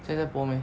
现在在播 meh